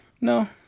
No